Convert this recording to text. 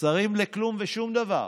שרים לכלום ושום דבר.